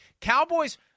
Cowboys